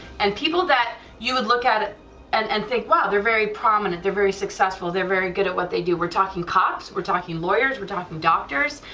and people that you would look at at and and think wow they're very prominent, they're very successful, they're very good at what they do, we're talking cops, we're talking lawyers, we're talking doctors,